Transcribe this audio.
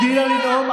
רק דוגמניות?